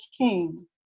King